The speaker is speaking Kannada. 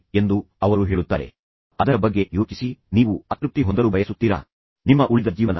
ನಾನು ಇದನ್ನು ಕೊನೆಗೊಳಿಸುವ ಮೊದಲು ನೆನಪಿಡಿ ನೀವು ವಿನ್ ವಿನ್ ಪರಿಹಾರವನ್ನು ನೀಡಿದಾಗ ಅದು ತೀವ್ರವಾಗಿರುವ ಪರಸ್ಪರ ಗೌರವದ ಭಾವನೆ